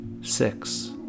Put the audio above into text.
Six